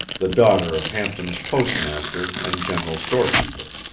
the daughter of hampton's postmaster and general storekeeper.